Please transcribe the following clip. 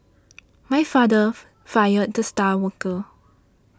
my father fired the star worker